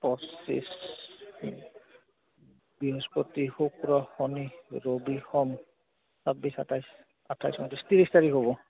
পঁচিছ বৃহস্পতি শুক্ৰ শনি ৰবি সোম ছাব্বিছ সাতাইছ আঠাইছ ঊনত্ৰিছ ত্ৰিছ তাৰিখ হ'ব